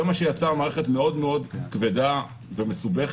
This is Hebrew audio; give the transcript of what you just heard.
זה יצר מערכת מאוד מאוד כבדה ומסובכת,